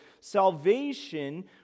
salvation